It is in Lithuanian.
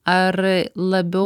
ar labiau